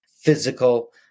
physical